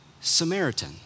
Samaritan